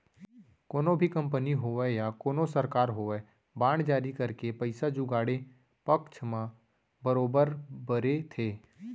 कोनो भी कंपनी होवय या कोनो सरकार होवय बांड जारी करके पइसा जुगाड़े पक्छ म बरोबर बरे थे